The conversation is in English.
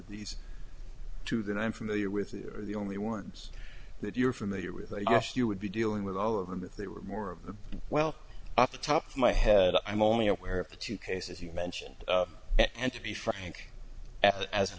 these two that i'm familiar with are the only ones that you're familiar with i guess you would be dealing with all of them if they were more of the well off the top of my head i'm only aware of the two cases you mention and to be fact as